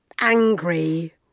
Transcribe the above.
angry